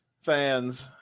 fans